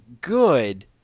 good